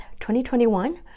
2021